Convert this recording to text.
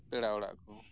ᱯᱮᱲᱟ ᱚᱲᱟᱜ ᱠᱚ